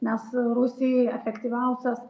nes rusijai efektyviausias